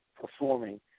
performing